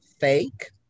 fake